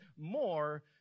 more